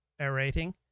aerating